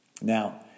Now